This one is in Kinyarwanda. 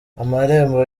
amarembo